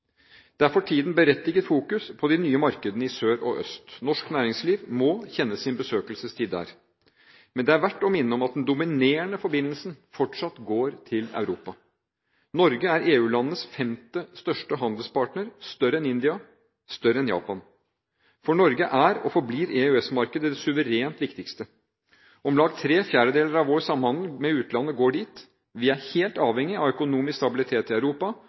Det er for tiden berettiget fokus på de nye markedene i sør og øst. Norsk næringsliv må kjenne sin besøkelsestid der. Men det er verdt å minne om at den dominerende forbindelsen fortsatt går til Europa. Norge er EU-landenes femte største handelspartner, større enn India, større enn Japan. For Norge er og forblir EØS-markedet det suverent viktigste. Om lag tre fjerdedeler av vår samhandel med utlandet går dit. Vi er helt avhengig av økonomisk stabilitet i Europa,